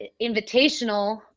invitational